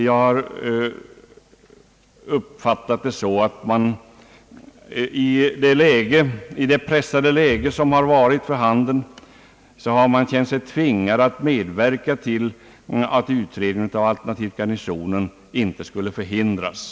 Jag har uppfattat det så att man i det pressade läge som har varit för handen känt sig tvingad att medverka till att utredningen av alternativet Garnisonen inte skulle förhindras.